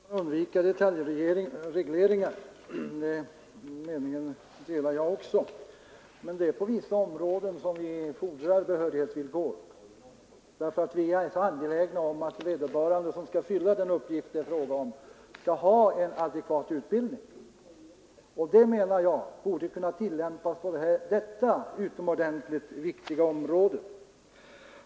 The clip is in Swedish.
Herr talman! Visst bör man undvika detaljregleringar — den meningen delar jag — men på vissa områden fordrar vi behörighetsvillkor därför att vi är så angelägna om att vederbörande som skall fylla den uppgift det är fråga om skall ha en adekvat utbildning. Behörighetsvillkor borde kunna tillämpas också på detta utomordentligt viktiga område.